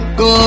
go